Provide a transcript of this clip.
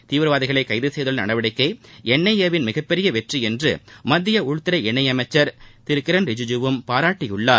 தீவிவாதிகளை கைதுசெய்துள்ள நடவடிக்கை N I A யின் மிகப்பெரிய வெற்றி என்று மத்திய உள்துறை இணையமைச்சர் திரு கிரண் ரிஜூஜூவும் பாராட்டியுள்ளார்